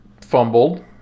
fumbled